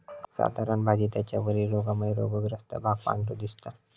साधारण भाजी त्याच्या वरील रोगामुळे रोगग्रस्त भाग पांढरो दिसता